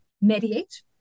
mediate